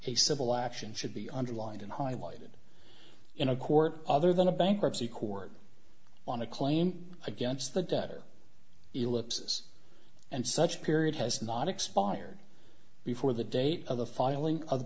a civil action should be underlined and highlighted in a court other than a bankruptcy court on a claim against the debtor ellipses and such period has not expired before the date of the filing